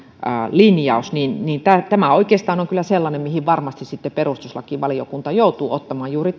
linjaus on kyllä oikeastaan sellainen kysymys mihin varmasti perustuslakivaliokunta joutuu ottamaan kantaa juuri